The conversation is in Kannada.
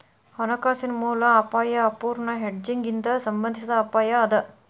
ಹಣಕಾಸಿನ ಮೂಲ ಅಪಾಯಾ ಅಪೂರ್ಣ ಹೆಡ್ಜಿಂಗ್ ಇಂದಾ ಸಂಬಂಧಿಸಿದ್ ಅಪಾಯ ಅದ